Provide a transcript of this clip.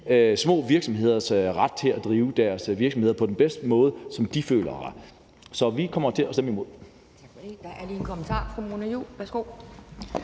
små virksomheders ret til at drive deres virksomhed på den måde, som de føler er bedst. Så vi kommer til at stemme imod.